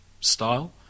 style